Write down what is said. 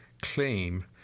Claim